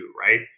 right